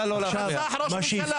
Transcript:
הוא רצח ראש ממשלה.